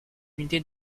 unité